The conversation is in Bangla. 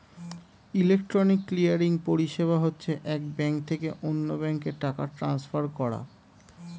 ইলেকট্রনিক ক্লিয়ারিং পরিষেবা হচ্ছে এক ব্যাঙ্ক থেকে অন্য ব্যাঙ্কে টাকা ট্রান্সফার করা